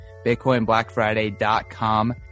bitcoinblackfriday.com